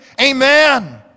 Amen